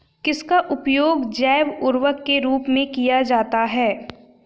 किसका उपयोग जैव उर्वरक के रूप में किया जाता है?